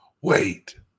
Wait